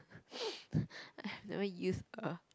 I have never used a